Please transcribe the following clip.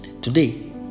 Today